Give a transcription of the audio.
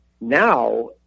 Now